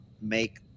make